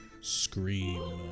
Scream